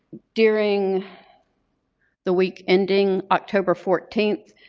during the week ending october fourteenth,